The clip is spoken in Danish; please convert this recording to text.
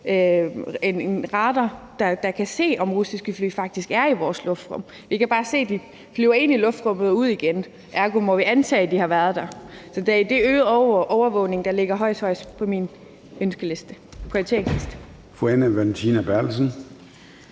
en radar, der kan se, om russiske fly faktisk er i vores luftrum. Vi kan bare se, at de flyver ind i luftrummet og ud igen. Ergo må vi antage, at de har været der. Så det er øget overvågning, der ligger allerhøjst på min ønskeliste og prioriteringsliste.